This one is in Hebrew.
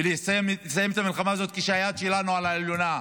לסיים את המלחמה הזאת כשהיד שלנו על העליונה,